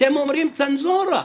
אתם אומרים צנזורה,